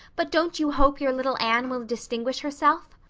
but don't you hope your little anne will distinguish herself?